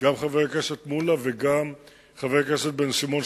גם חבר הכנסת מולה וגם חבר הכנסת בן-סימון,